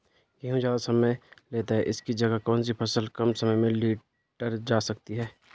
गेहूँ ज़्यादा समय लेता है इसकी जगह कौन सी फसल कम समय में लीटर जा सकती है?